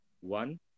One